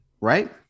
Right